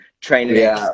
Training